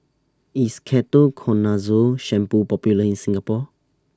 IS Ketoconazole Shampoo Popular in Singapore